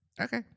Okay